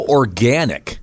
organic